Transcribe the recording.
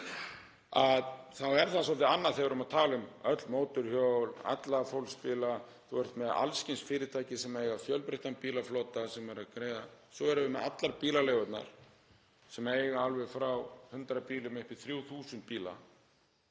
Þá er það svolítið annað þegar við erum að tala um öll mótorhjól, alla fólksbíla, þú ert með alls kyns fyrirtæki sem eiga fjölbreyttan bílaflota sem eru að greiða þetta og svo erum við með allar bílaleigurnar sem eiga alveg frá 100 bílum upp í 3.000 bíla.